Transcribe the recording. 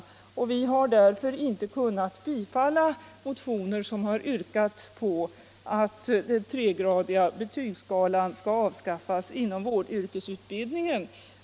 Därför har vi inte heller kunnat tillstyrka motioner med yrkanden att den tregradiga betygsskalan skall avskaffas inom vårdyrkesutbildningen.